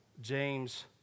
James